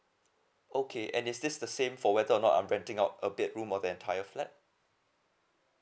okay and is this the same for whether or not I'm renting out a bedroom or the entire flat